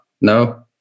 No